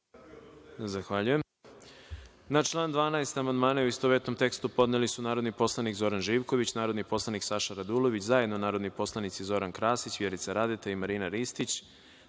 Zahvaljujem. Na član 12. amandmane, u istovetnom tekstu, podneli su narodni poslanik Zoran Živković, narodni poslanik Saša Radulović, zajedno narodni poslanici Zoran Krasić, Vjerica Radeta i Marina Ristić,